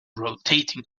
rotating